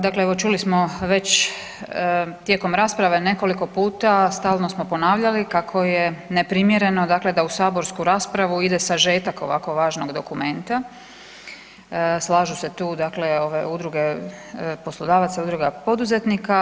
Dakle, evo čuli smo već tijekom rasprave nekoliko puta, stalno smo ponavljali kako je neprimjereno dakle da u saborsku raspravu ide sažetak ovako važnog dokumenta, slažu se tu dakle ove udruge poslodavaca, udruga poduzetnika.